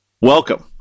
welcome